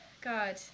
God